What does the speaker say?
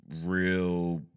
real